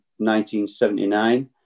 1979